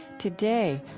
today,